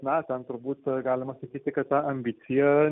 na ten turbūt galima sakyti kad ta ambicija